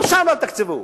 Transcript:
גם שם אל תתקצבו.